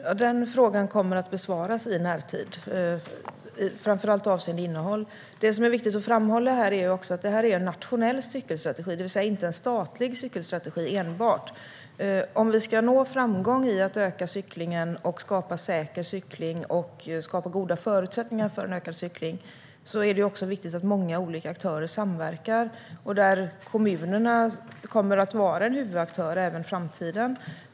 Herr talman! Frågan kommer att besvaras i närtid, framför allt avseende innehåll. Det är viktigt att framhålla att det är en nationell cykelstrategi, det vill säga inte enbart en statlig cykelstrategi. Om vi ska nå framgång med att cyklingen ska öka och med att skapa säker cykling och goda förutsättningar för ökad cykling är det viktigt att många olika aktörer samverkar. Kommunerna kommer att vara en huvudaktör även i framtiden.